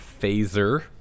phaser